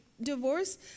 divorce